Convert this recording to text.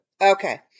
Okay